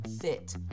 fit